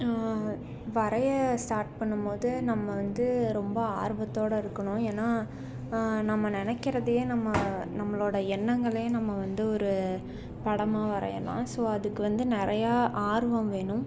வரைய ஸ்டாட் பண்ணும்போது நம்ம வந்து ரொம்ப ஆர்வத்தோட இருக்கணும் ஏன்னா நம்ம நினைக்கிறதையே நம்ம நம்மளோட எண்ணங்களே நம்ம வந்து ஒரு படமாக வரையலாம் ஸோ அதுக்கு வந்து நிறையா ஆர்வம் வேணும்